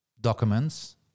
documents